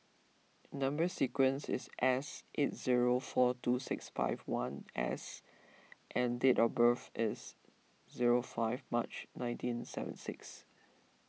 Number Sequence is S eight zero four two six five one S and date of birth is zero five March nineteen seventy six